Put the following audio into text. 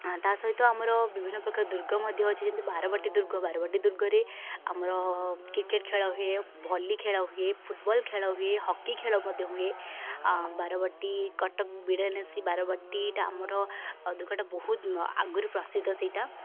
ଆଁ ତା' ସହିତ ଆମର ବିଭିନ୍ନ ପ୍ରକାର ଦୁର୍ଗ ମଧ୍ୟ ଅଛି ଯେମିତି ବାରବାଟୀ ଦୁର୍ଗ ବାରବାଟୀ ଦୁର୍ଗରେ ଆମର କ୍ରିକେଟ୍ ଖେଳ ହୁଏ ଭଲି ଖେଳ ହୁଏ ଫୁଟବଲ୍ ଖେଳ ହୁଏ ହକି ଖେଳ ମଧ୍ୟ ହୁଏ ଆ ବାରବାଟୀ କଟକ ବିଡ଼ାନାସୀ ବାରବାଟୀଟା ଆମର ଦୁର୍ଗଟା ବହୁତ ଆଗରୁ ପ୍ରସିଦ୍ଧ ସେଇଟା